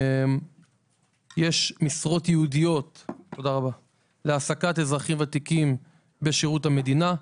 יש משרות ייעודיות להעסקת אזרחים ותיקים בשירות המדינה.